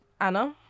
Anna